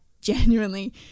genuinely